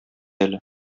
әле